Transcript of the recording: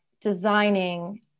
designing